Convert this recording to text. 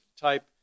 type